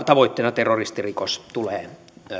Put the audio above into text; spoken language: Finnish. tavoitteena terroristirikos tulee